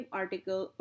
article